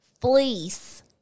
fleece